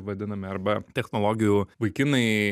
vadinami arba technologijų vaikinai